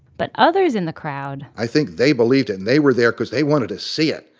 but others in the crowd, i think they believed it and they were there because they wanted to see it.